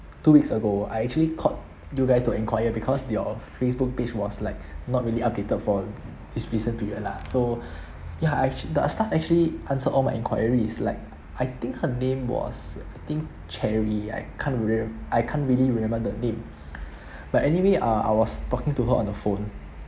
two weeks ago I actually called you guys to enquire because your Facebook page was like not really updated for this recent period lah so ya actually the staff actually answered all my enquiries like I think her name was I think cherry I can't I can't really remember the name but anyway uh I was talking to her on the phone